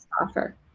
offer